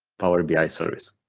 power bi service?